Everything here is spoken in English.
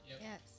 Yes